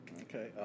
Okay